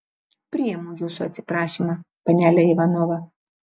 priimu jūsų atsiprašymą panele ivanova